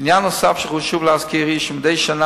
עניין נוסף שחשוב להזכיר הוא שמדי שנה